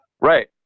Right